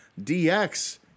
DX